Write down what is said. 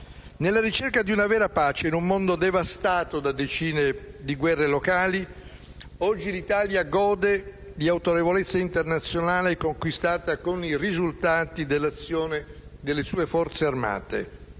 Nella ricerca di una vera pace in un mondo devastato da decine di guerre locali, oggi l'Italia gode dell'autorevolezza internazionale conquistata con i risultati dell'azione delle sue Forze armate.